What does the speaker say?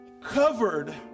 covered